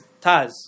Taz